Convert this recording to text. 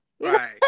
Right